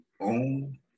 own